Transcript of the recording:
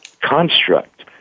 construct